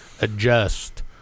adjust